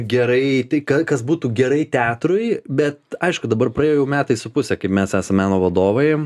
gerai tai ką kas būtų gerai teatrui bet aišku dabar praėjo jau metai su puse kaip mes esam meno vadovai